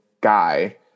guy